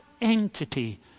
entity